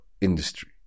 industry